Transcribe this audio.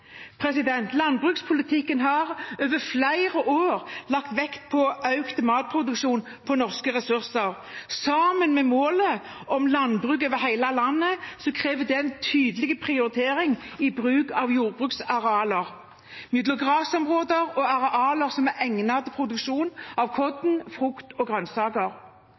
Landbrukspolitikken har over flere år lagt vekt på økt matproduksjon på norske ressurser. Sammen med målet om landbruk over hele landet krever det en tydelig prioritering i bruken av jordbruksarealene, mellom grasområder og arealer som er egnet til produksjon av korn, frukt og grønnsaker.